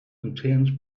contains